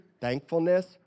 thankfulness